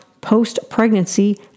post-pregnancy